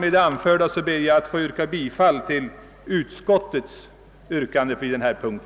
Med det anförda ber jag att få yrka bifall till utskottets hemställan under denna punkt.